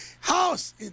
House